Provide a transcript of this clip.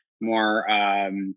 more